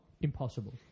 impossible